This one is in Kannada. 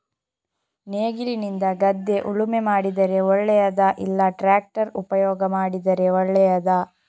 ನೇಗಿಲಿನಿಂದ ಗದ್ದೆ ಉಳುಮೆ ಮಾಡಿದರೆ ಒಳ್ಳೆಯದಾ ಇಲ್ಲ ಟ್ರ್ಯಾಕ್ಟರ್ ಉಪಯೋಗ ಮಾಡಿದರೆ ಒಳ್ಳೆಯದಾ?